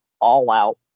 all-out